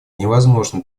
невозможно